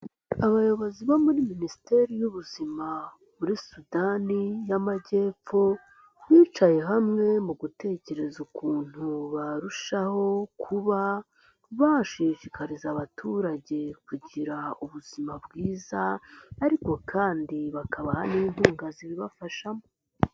Abayobozi bo muri Minisiteri y'Ubuzima muri Sudani y'Amajyepfo, bicaye hamwe mu gutekereza ukuntu barushaho kuba bashishikariza abaturage kugira ubuzima bwiza, ariko kandi bakabaha n'inkunga zibibafashamo.